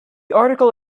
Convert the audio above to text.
article